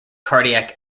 cardiac